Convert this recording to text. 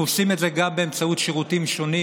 אנחנו עושים את זה גם באמצעות שירותים שונים,